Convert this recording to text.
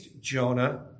Jonah